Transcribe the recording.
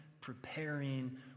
preparing